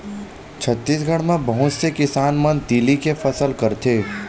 छत्तीसगढ़ म बहुत से किसान मन तिली के फसल करथे